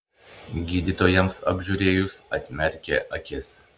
gydytojams apžiūrėjus atmerkė akis